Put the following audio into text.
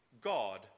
God